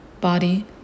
body